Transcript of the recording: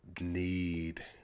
need